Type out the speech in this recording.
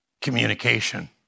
communication